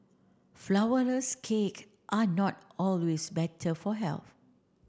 flourless cake are not always better for health